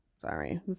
sorry